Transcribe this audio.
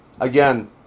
again